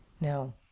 no